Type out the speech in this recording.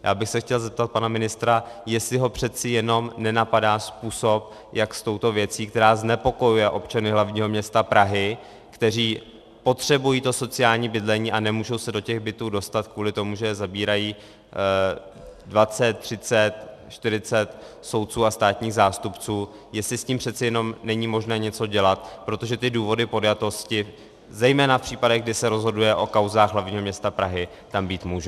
Já bych se chtěl zeptat pana ministra, jestli ho přeci jenom nenapadá způsob, jak s touto věcí, která znepokojuje občany hl. města Prahy, kteří potřebují to sociální bydlení a nemůžou se do těch bytů dostat kvůli tomu, že je zabírá dvacet, třicet, čtyřicet soudců a státních zástupců, jestli s tím přeci jenom není možné něco dělat, protože ty důvody podjatosti zejména v případech, kdy se rozhoduje o kauzách hl. města Prahy, tam být můžou.